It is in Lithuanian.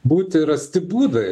būti rasti būdai